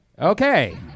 Okay